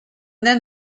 then